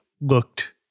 looked